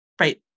right